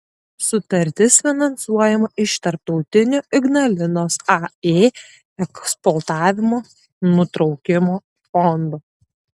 sutartis finansuojama iš tarptautinio ignalinos ae eksploatavimo nutraukimo fondo